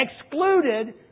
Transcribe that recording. Excluded